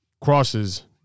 crosses